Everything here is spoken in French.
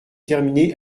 terminée